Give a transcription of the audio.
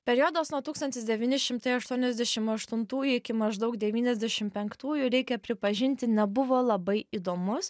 periodas nuo tūkstantis devyni šimtai aštuoniasdešim aštuntųjų iki maždaug devyniasdešim penktųjų reikia pripažinti nebuvo labai įdomus